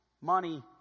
money